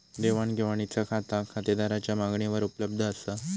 देवाण घेवाणीचा खाता खातेदाराच्या मागणीवर उपलब्ध असा